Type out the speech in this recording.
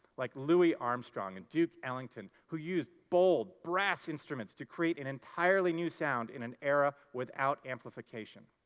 like louis armstrong and duke ellington who used bold brass instruments to create an entirely new sound in an era without amplification.